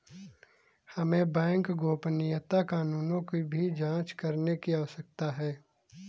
हमें बैंक गोपनीयता कानूनों की भी जांच करने की आवश्यकता है